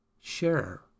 share